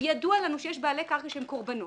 וידוע לנו שיש בעלי קרקע שהם קורבנות,